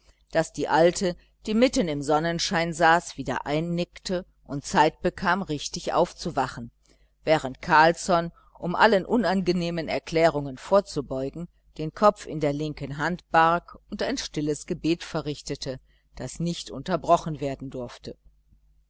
daß die alte die mitten im sonnenschein saß wieder einnickte und zeit bekam richtig aufzuwachen während carlsson um allen unangenehmen erklärungen vorzubeugen den kopf in der linken hand barg und ein stilles gebet verrichtete das nicht unterbrochen werden durfte